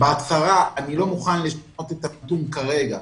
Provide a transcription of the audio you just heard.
בהצהרה אני לא מוכן לשנות את הנתון כרגע,